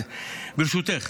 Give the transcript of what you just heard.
ברשותך,